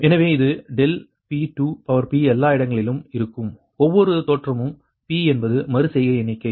எனவே இது ∆P2 எல்லா இடங்களிலும் இருக்கும் ஒவ்வொரு தோற்றமும் p என்பது மறு செய்கை எண்ணிக்கை